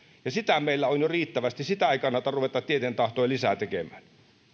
ja sitä meillä on jo riittävästi sitä ei kannata ruveta tieten tahtoen lisää tekemään